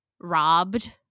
robbed